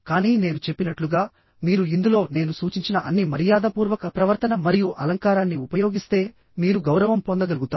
కానీ నేను చెప్పినట్లుగామీరు ఇందులో నేను సూచించిన అన్ని మర్యాదపూర్వక ప్రవర్తన మరియు అలంకారాన్ని ఉపయోగిస్తే మీరు గౌరవం పొందగలుగుతారు